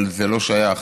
אבל זה לא שייך